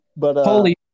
Holy